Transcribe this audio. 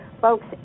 Folks